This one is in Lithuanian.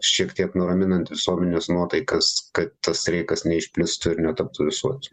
šiek tiek nuraminant visuomenės nuotaikas kad tas streikas neišplistų ir netaptų visuot